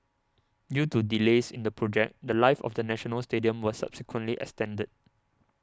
due to delays in the project the Life of the National Stadium was subsequently extended